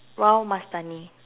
rau mastani